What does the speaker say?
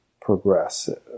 progressive